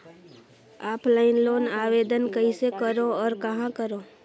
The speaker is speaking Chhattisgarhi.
ऑफलाइन लोन आवेदन कइसे करो और कहाँ करो?